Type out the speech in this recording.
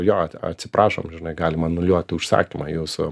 jo atsiprašom žinai galim anuliuoti užsakymą jūsų